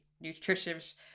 nutritious